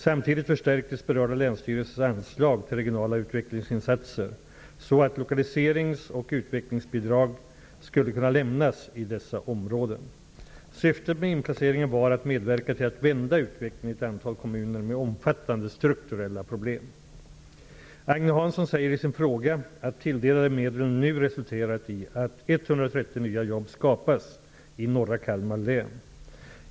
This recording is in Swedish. Samtidigt förstärktes berörda länsstyrelsers anslag till regionala utvecklingsinsatser så att lokaliseringsoch utvecklingsbidrag skulle kunna lämnas i dessa områden. Syftet med inplaceringen var att medverka till att vända utvecklingen i ett antal kommuner med omfattande strukturella problem. Agne Hansson säger i sin fråga att tilldelade medel nu resulterat i att 130 nya jobb skapats i norra Kalmar län.